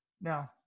Now